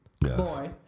boy